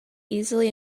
easily